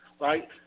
right